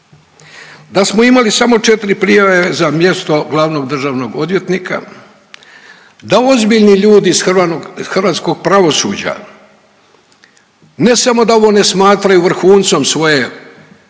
da smo imali samo četiri prijave za mjesto glavnog državnog odvjetnika, da ozbiljni ljudi iz hrvatskog pravosuđa ne samo da ovo ne smatraju vrhuncom svoje profesionalne